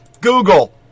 Google